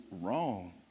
wrong